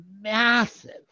massive